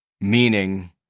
meaning